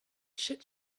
should